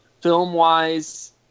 Film-wise